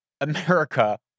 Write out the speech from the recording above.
America